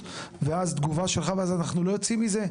ואז תגובה שלך ואז אנחנו לא יוצאים מזה.